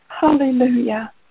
Hallelujah